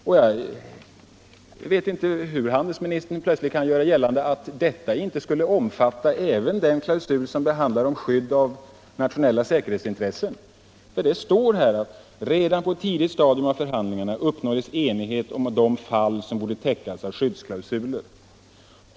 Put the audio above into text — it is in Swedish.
Jag vet inte varför handelsministern plötsligt gör gällande att detta inte skulle omfatta även den klausul som handlar om skydd av nationella säkerhetsintressen. Det står här att det ”redan på ett tidigt stadium av förhandlingarna uppnåddes enighet om de fall som borde täckas av skyddsklausuler.